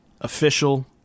official